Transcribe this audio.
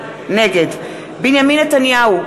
נגד בנימין נתניהו,